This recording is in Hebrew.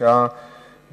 ואחריו,